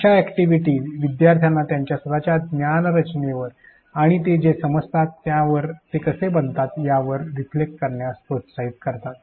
अशा अॅक्टिव्हिटी विद्यार्थ्यांना त्यांच्या स्वतच्या ज्ञान रचनेवर आणि ते जे समजतात त्यानुसार ते कसे बनवतात यावर रिफ्लेक्ट करण्यास प्रोत्साहित करतात